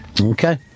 Okay